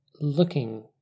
looking